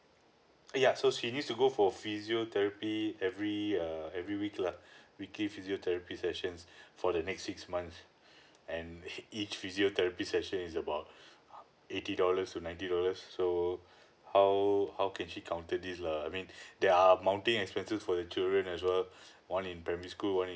uh yeah so she need to go for physiotherapy every err every week lah weekly physiotherapy sessions for the next six months and he each physiotherapy session is about eighty dollars to ninety dollars so how how can she counted this lah I mean there are mounting expenses for the children as well one in primary school one in